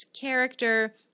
character